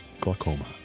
glaucoma